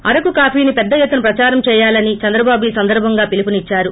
అరకు కాఫీని పెద్ద ఎత్తున ప్రదారం చేయాలని చంద్రబాబు ఈ సందర్భంగా పిలుపునిద్సారు